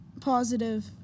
Positive